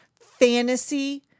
fantasy